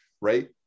right